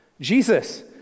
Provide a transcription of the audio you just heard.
Jesus